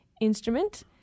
instrument